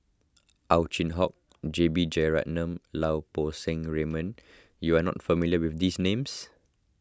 Ow Chin Hock J B Jeyaretnam Lau Poo Seng Raymond you are not familiar with these names